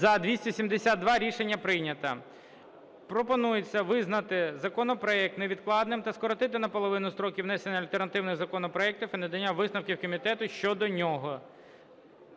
За-272 Рішення прийнято. Пропонується визнати законопроект невідкладним та скоротити наполовину строки внесення альтернативних законопроектів і надання висновків комітету щодо нього.